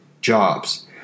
jobs